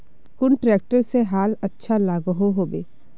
कुन ट्रैक्टर से हाल अच्छा लागोहो होबे?